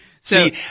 See